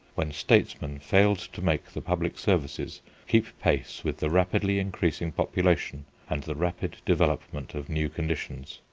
when statesmen failed to make the public services keep pace with the rapidly increasing population and the rapid development of new conditions.